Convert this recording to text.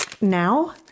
Now